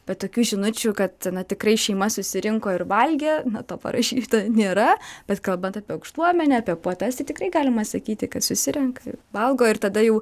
bet tokių žinučių kad na tikrai šeima susirinko ir valgė na to parašyta nėra bet kalbant apie aukštuomenę apie puotas tai tikrai galima sakyti kad susirenka valgo ir tada jau